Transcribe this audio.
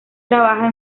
trabaja